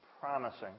promising